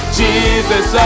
jesus